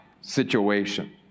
situation